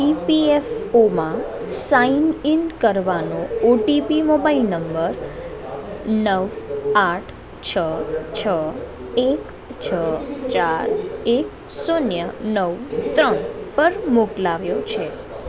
ઇપીએફઓમાં sign in કરવાનો OTP mobile number નવ આંઠ છ છ એક છ ચાર એક શૂન્ય નવ ત્રણ પર મોકલ્યો છે